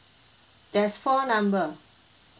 there's four number